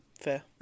Fair